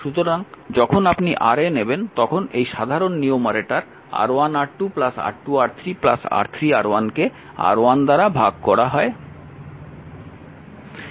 সুতরাং যখন আপনি Ra নেবেন তখন এই সাধারণ নিউমারেটর R1R2 R2R3 R3R1 কে R1 দ্বারা ভাগ করা হয়